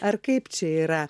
ar kaip čia yra